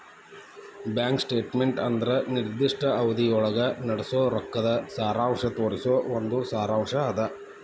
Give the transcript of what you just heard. bank statement ಅಂದ್ರ ನಿರ್ದಿಷ್ಟ ಅವಧಿಯೊಳಗ ನಡಸೋ ರೊಕ್ಕದ್ ಸಾರಾಂಶ ತೋರಿಸೊ ಒಂದ್ ಸಾರಾಂಶ್ ಅದ